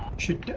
should